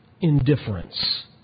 indifference